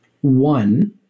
one